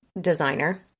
designer